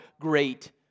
great